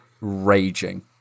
raging